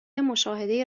مشاهده